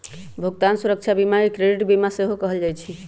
भुगतान सुरक्षा बीमा के क्रेडिट बीमा सेहो कहल जाइ छइ